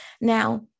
Now